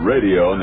Radio